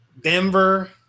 Denver